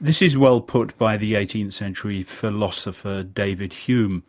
this is well put by the eighteenth century philosopher david hume